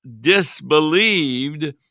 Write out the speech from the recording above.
disbelieved